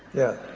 yeah.